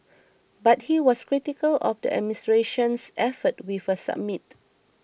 but he was critical of the administration's efforts with a summit